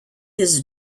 his